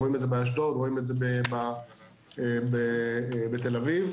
רואים את זה באשדוד, רואים את זה בתל אביב.